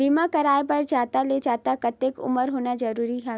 बीमा कराय बर जादा ले जादा कतेक उमर होना जरूरी हवय?